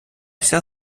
вся